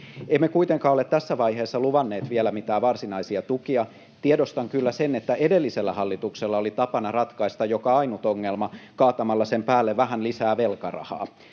Emme kuitenkaan ole tässä vaiheessa luvanneet vielä mitään varsinaisia tukia. Tiedostan kyllä sen, että edellisellä hallituksella oli tapana ratkaista joka ainut ongelma kaatamalla sen päälle vähän lisää velkarahaa.